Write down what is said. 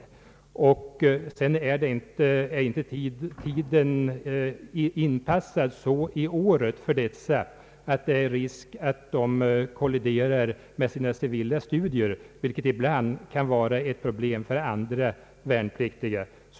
Tiden för deras tjänstgöring på året är heller inte inpassad så att det är risk för att värnplikten kolliderar med deras studier, vilket ibland kan vara ett problem för andra värnpliktiga.